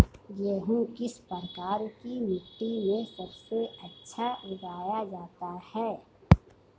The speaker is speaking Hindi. गेहूँ किस प्रकार की मिट्टी में सबसे अच्छा उगाया जाता है?